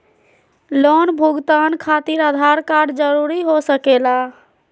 Loan भुगतान खातिर Aadhaar card जरूरी हो सके ला?